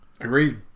Agreed